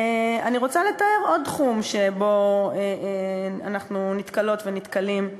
אני רוצה לתאר עוד תחום שבו אנחנו נתקלות ונתקלים,